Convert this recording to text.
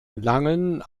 langen